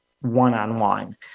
one-on-one